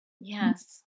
Yes